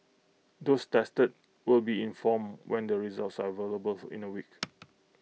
those tested will be informed when the results are available in A week